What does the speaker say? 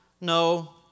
No